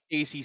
ACC